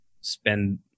spend